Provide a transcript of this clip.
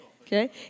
okay